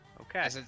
Okay